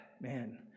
man